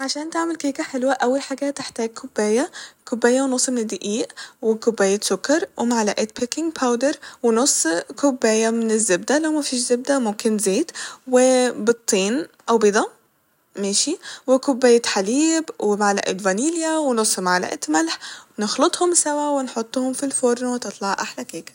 عشان تعمل تعمل كيكة حلوة أول حاجة هتحتاج كوباية ، كوباية ونص من الدقيق وكوباية سكر ومعلقة بيكنج باودر ونص كوباية من الزبدة لو مفيش زبدة ممكن زيت و بيضتين أو بيضة ماشي وكوباية حليب ومعلقة فانيليا ونص معلقة ملح ونخلطهم سوا ونحطهم ف الفرن وتطلع احلى كيكة